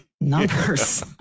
numbers